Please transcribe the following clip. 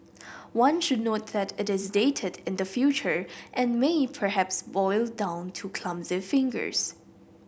one should note that it is dated in the future and may perhaps boil down to clumsy fingers